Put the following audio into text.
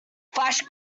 flash